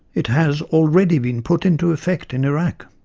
it has already been put into effect in iraq.